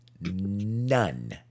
None